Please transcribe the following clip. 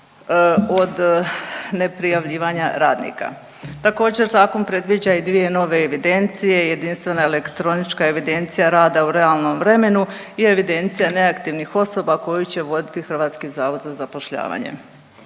od neprijavljivanja radnika. Također, Zakon predviđa i dvije nove evidencije, jedinstvena elektronička evidencija rada u realnom vremenu i evidencija neaktivnih osoba koju će voditi HZZ. Ima tu još